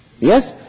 Yes